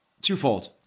twofold